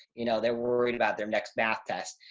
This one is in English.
you know, they're worried about their next math test.